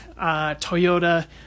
Toyota